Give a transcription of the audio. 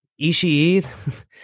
Ishii